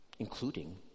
Including